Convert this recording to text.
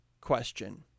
question